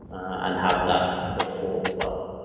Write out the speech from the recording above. and have that perform well